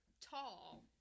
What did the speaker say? tall